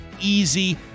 easy